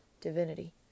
divinity